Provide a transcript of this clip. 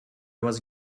was